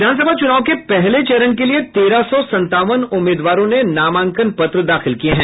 विधानसभा चुनाव के पहले चरण के लिये तेरह सौ संतावन उम्मीदवारों ने नामांकन पत्र दाखिल किये हैं